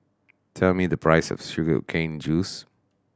tell me the price of sugar cane juice